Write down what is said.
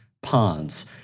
ponds